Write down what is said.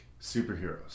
superheroes